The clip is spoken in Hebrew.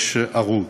יש הרוג.